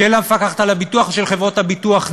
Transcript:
של המפקחת על הביטוח ושל חברות הביטוח,